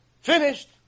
Finished